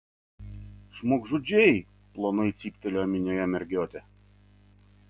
žmogžudžiai plonai cyptelėjo minioje mergiotė